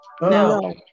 No